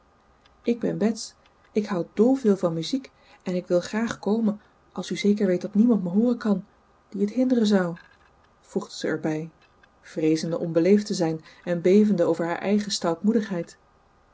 ik ben bets ik houd dol veel van muziek en ik wil graag komen als u zeker weet dat niemand me hooren kan dien het hinderen zou voegde ze er bij vreezende onbeleefd te zijn en bevende over haar